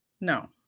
No